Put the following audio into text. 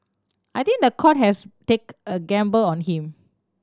I think the court has take a gamble on him